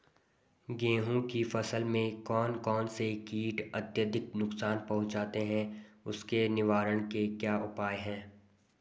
गेहूँ की फसल में कौन कौन से कीट अत्यधिक नुकसान पहुंचाते हैं उसके निवारण के क्या उपाय हैं?